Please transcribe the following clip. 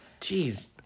Jeez